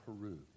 Peru